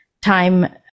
time